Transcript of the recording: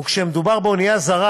וכשמדובר באונייה זרה,